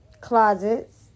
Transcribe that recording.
closets